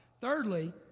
Thirdly